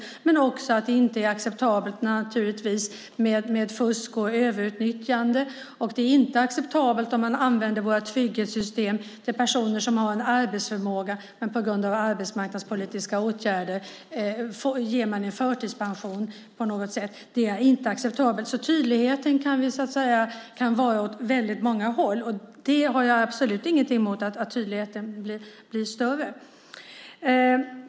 Men man ska också veta att det inte är acceptabelt med fusk och överutnyttjande. Det är inte acceptabelt att använda våra trygghetssystem för personer som har en arbetsförmåga men som på grund av arbetsmarknadspolitiska åtgärder får förtidspension. Detta är inte acceptabelt. Tydlighet kan vi ha åt väldigt många håll, och jag har absolut inget emot att tydligheten blir större.